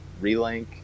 Relink